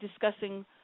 discussing